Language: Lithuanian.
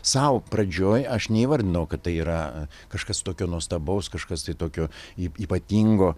sau pradžioj aš neįvardinau kad tai yra kažkas tokio nuostabaus kažkas tai tokio y ypatingo